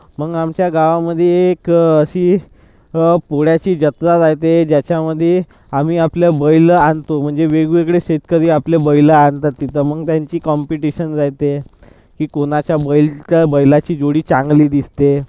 मग आमच्या गावामध्ये एक अशी अ् पोळ्याची जत्रा राहते ज्याच्यामध्ये आम्ही आपले बैल आणतो म्हणजे वेगवेगळे शेतकरी आपले बैल आणतात तिथं मग त्यांची काॅम्पिटिशन राहते की कोणाच्या बैलाचा बैलाची जोडी चांगली दिसते